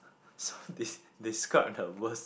so des~ describe the worst